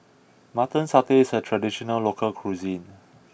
mutton satay is a traditional local cuisine